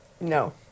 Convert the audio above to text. No